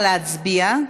נא להצביע.